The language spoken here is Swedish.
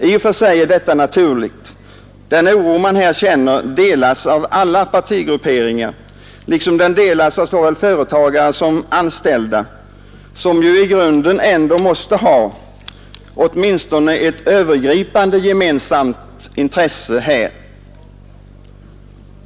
I och för sig är detta naturligt. Den oro man här känner delas av alla partigrupperingar, liksom den delas av både företagare och anställda, som i grunden ändå måste ha åtminstone ett övergripande gemensamt intresse här.